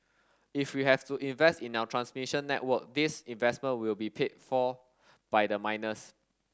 if we have to invest in our transmission network these investment will be paid for by the miners